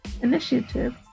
initiative